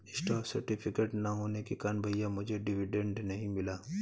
stock certificate ना होने के कारण भैया मुझे डिविडेंड नहीं मिला